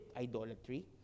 idolatry